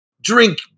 drink